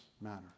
matter